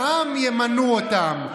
העם ימנו אותם.